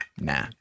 Nah